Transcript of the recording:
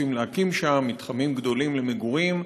רוצים להקים שם מתחמים גדולים למגורים,